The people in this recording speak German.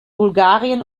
bulgarien